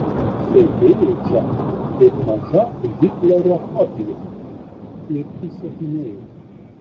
sėdėjai čia kaip maža hitlerio kopija ir įsakinėjai